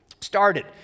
started